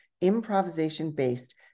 improvisation-based